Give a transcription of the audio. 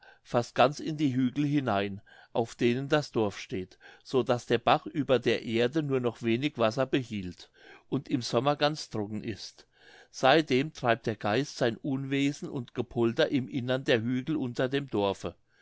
fast ganz in die hügel hinein auf denen das dorf steht so daß der bach über der erde nur noch wenig wasser behielt und im sommer ganz trocken ist seitdem treibt der geist sein unwesen und gepolter im innern der hügel unter dem dorfe